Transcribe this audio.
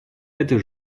это